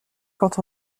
quand